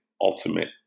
ultimate